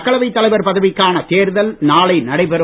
மக்களவை தலைவர் பதவிக்கான தேர்தல் நாளை நடைபெறும்